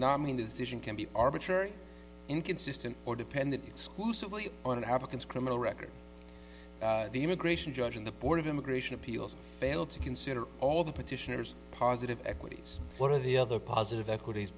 not mean the decision can be arbitrary inconsistent or dependent exclusively on an applicant's criminal record the immigration judge and the board of immigration appeals fail to consider all the petitioners positive equities one of the other positive equities